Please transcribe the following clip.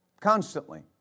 Constantly